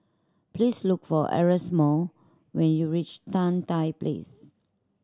please look for Erasmo when you reach Tan Tye Place